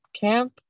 camp